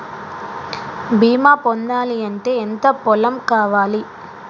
బీమా పొందాలి అంటే ఎంత పొలం కావాలి?